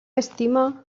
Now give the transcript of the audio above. estima